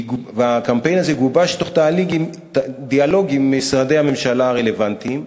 והקמפיין הזה גובש בתהליך של דיאלוג עם משרדי הממשלה הרלוונטיים.